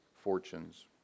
fortunes